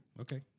Okay